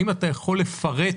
האם אתה יכול לפרט